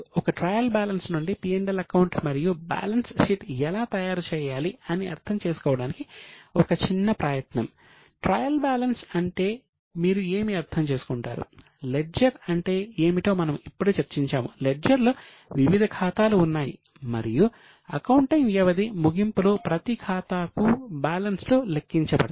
ఒక ట్రయల్ బ్యాలెన్స్లో వివిధ ఖాతాలు ఉన్నాయి మరియు అకౌంటింగ్ వ్యవధి ముగింపులో ప్రతి ఖాతాకు బ్యాలెన్స్లు లెక్కించబడతాయి